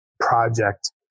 project